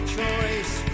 choice